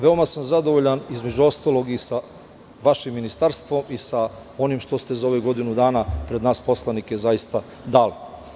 Veoma sam zadovoljan, između ostalog, sa vašim ministarstvom i sa onim što ste za ovih godinu dana pred nas poslanike, zaista dali.